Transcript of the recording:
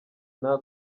nta